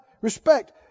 respect